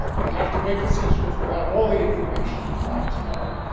you have to make decisions without all the information you'd like to know.